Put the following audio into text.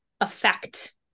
affect